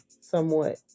somewhat